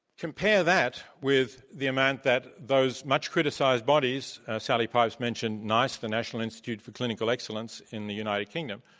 compare that with the amount that those much criticized bodies sally pipes mentioned nice, the national institute for clinical excellence in the united kingdom.